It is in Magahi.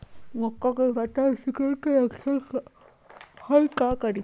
तम्बाकू के पत्ता में सिकुड़न के लक्षण हई का करी?